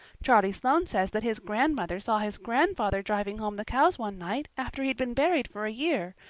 charlie sloane says that his grandmother saw his grandfather driving home the cows one night after he'd been buried for a year.